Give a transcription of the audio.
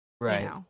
Right